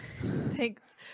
Thanks